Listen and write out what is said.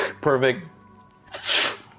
Perfect